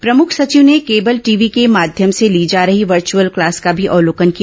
प्रमुख सचिव ने केबल टीवी के माध्यम से ली जा रही वर्च्यअल क्लास का भी अवलोकन किया